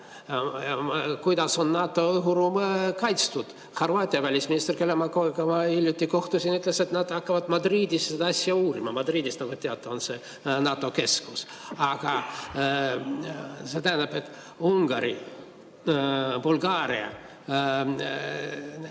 Kuidas on NATO õhuruum kaitstud? Horvaatia välisminister, kellega ma hiljuti kohtusin, ütles, et nad hakkavad Madridis seda asja uurima – Madridis, nagu te teate, on see NATO keskus. Aga see tähendab, et Ungari, Bulgaaria